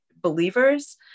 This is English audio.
believers